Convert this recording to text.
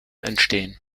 entstehen